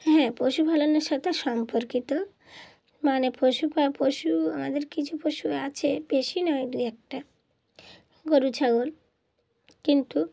হ্যাঁ পশুপালনের সাথে সম্পর্কিত মানে পশু পালন পশু আমাদের কিছু পশু আছে বেশি নয় দু একটা গরু ছাগল কিন্তু